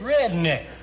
Redneck